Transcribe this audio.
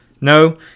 No